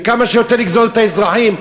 וכמה שיותר לגזול את האזרחים,